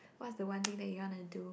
what's the one thing that you wanna do